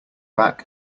back